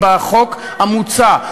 בחוק המוצע.